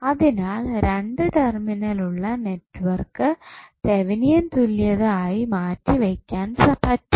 അതിനാൽ 2 ടെർമിനൽ ഉള്ള network Thevenin തുല്യത ആയി മാറ്റി വയ്ക്കാൻ പറ്റും